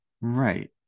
Right